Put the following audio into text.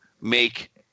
make